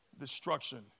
destruction